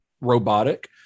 robotic